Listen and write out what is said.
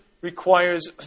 requires